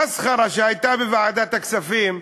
המסחרה שהייתה בוועדת הכספים,